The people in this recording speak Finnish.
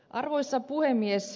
arvoisa puhemies